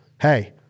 hey